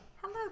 Hello